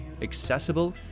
accessible